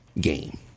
game